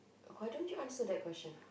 why don't you answer that question